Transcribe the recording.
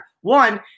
One